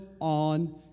on